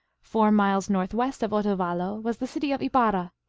four miles northwest of otovalo was the city of ibarra,